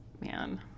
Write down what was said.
Man